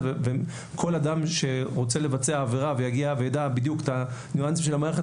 וכל אדם שרוצה לבצע עבירה ויגיע וידע בדיוק את הניואנסים של המערכת